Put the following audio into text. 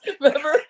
Remember